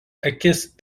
akis